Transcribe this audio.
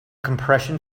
compression